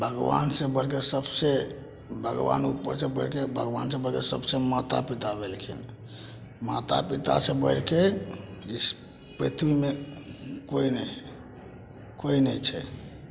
भगबान से बढ़िके सबसे भगवानो पर से बढ़िके भगबान से बढ़िके सबसे माता पिता भेलखिन माता पिता से बढ़िके इस पृथ्बीमे कोइ नै हय कोइ नै छै